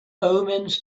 omens